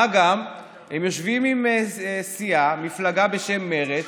מה גם, הם יושבים עם סיעה, מפלגה בשם מרצ,